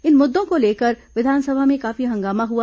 इन मुद्दों को लेकर विधानसभा में काफी हंगामा हुआ